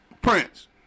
Prince